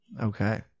Okay